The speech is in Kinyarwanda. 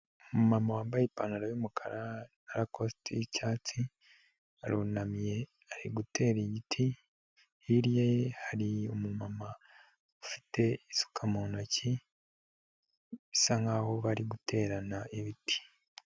Umumama wambaye ipantaro y'umukara na rakositi y'icyatsi arunamye ari gutera igiti, hirya ye hari umumama ufite isuka mu ntoki bisa nkaho bari guterana ibiti.